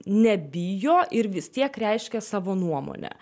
nebijo ir vis tiek reiškia savo nuomonę